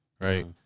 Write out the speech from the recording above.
right